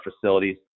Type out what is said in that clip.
facilities